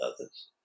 others